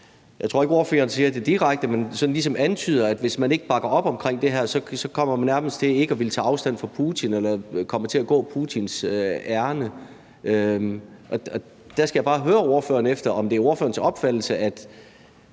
Jeg tror ikke, at ordføreren siger det direkte, men hun antyder ligesom, at hvis man ikke bakker op om det her, så kommer man nærmest til ikke at ville tage afstand fra Putin eller kommer til at gå Putins ærinde. Der skal jeg bare høre ordføreren, hvad ordførerens opfattelse er